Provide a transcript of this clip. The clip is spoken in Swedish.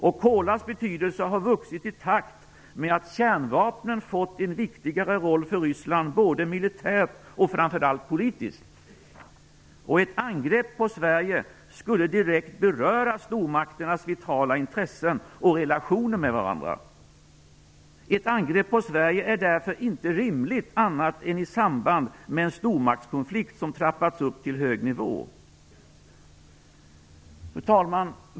Kolahalvöns betydelse har vuxit i takt med att kärnvapnen fått en viktigare roll för Ryssland, både militärt och framför allt politiskt. Ett angrepp på Sverige skulle direkt beröra stormakternas vitala intressen och relationer med varandra. Ett angrepp på Sverige är därför inte rimligt annat än i samband med en stormaktskonflikt som trappats upp till hög nivå. Fru talman!